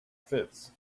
fits